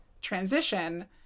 transition